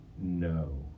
No